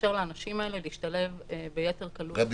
לאפשר לאנשים האלה להשתלב ביתר קלות --- גבי,